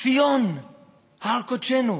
ציון הר קודשנו,